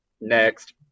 Next